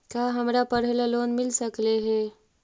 का हमरा पढ़े ल लोन मिल सकले हे?